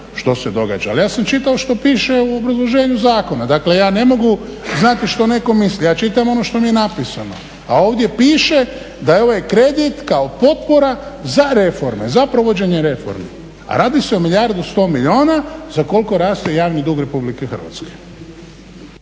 što se događa, ali ja sam čitao što piše u obrazloženju zakona. Dakle, ja ne mogu znati što netko misli, ja čitam ono što mi je napisano. A ovdje piše da je ovaj kredit kao potpora za reforme, za provođenje reformi a radi se o milijardu i sto milijuna za koliko raste javni dug Republike Hrvatske.